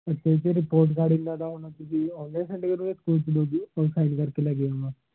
ਅੱਛਾ ਜੀ ਅਤੇ ਰਿਪੋਰਟ ਕਾਰਡ ਇਹਨਾਂ ਦਾ ਹੁਣ ਤੁਸੀਂ ਔਨਲਾਈਨ ਸੈਂਡ ਕਰੋਗੇ ਕਿ ਸਕੂਲ 'ਚ ਖੁਦ ਸਾਈਨ ਕਰਕੇ ਲੈ ਕੇ ਆਵਾਂ